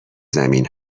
زمین